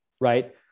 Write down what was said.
right